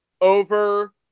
over